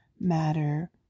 matter